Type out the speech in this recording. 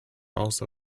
also